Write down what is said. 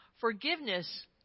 Forgiveness